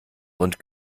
und